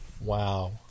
Wow